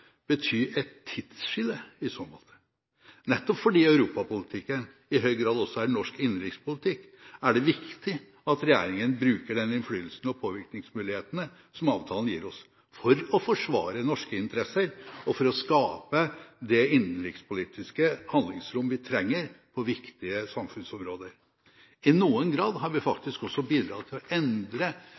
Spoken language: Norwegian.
et tidsskille i så måte. Nettopp fordi europapolitikken i høy grad også er norsk innenrikspolitikk, er det viktig at regjeringen bruker den innflytelsen og de påvirkningsmulighetene som avtalen gir oss – for å forsvare norske interesser og for å skape det innenrikspolitiske handlingsrom vi trenger på viktige samfunnsområder. I noen grad har vi faktisk også bidratt til å endre